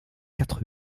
quatre